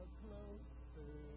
closer